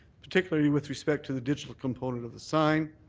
particularly with respect to the digital component of the sign,